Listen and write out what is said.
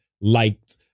liked